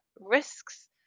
risks